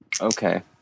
Okay